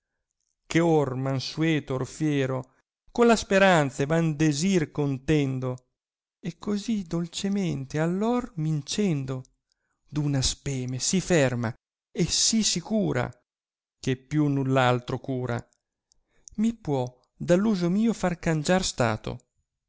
ch or mansueto or fiero con la speranza e van desir contendo e così dolcemente all or m incendo d una speme sì ferma e sì sicura che più nuli altra cura mi può dall uso mio far cangiar stato